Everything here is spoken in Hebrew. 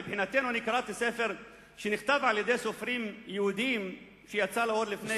אני קראתי ספר שנכתב על-ידי סופרים יהודים ויצא לאור לפני כשנה,